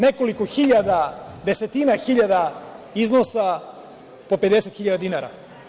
Nekoliko hiljada, desetina hiljada iznosa po 50.000 dinara.